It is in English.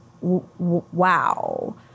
wow